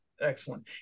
excellent